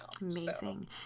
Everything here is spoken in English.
Amazing